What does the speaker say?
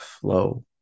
flow